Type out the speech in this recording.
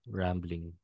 rambling